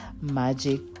magic